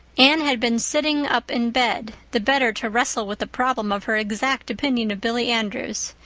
anne had been sitting up in bed, the better to wrestle with the problem of her exact opinion of billy andrews.